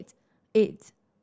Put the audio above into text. eight